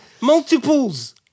Multiples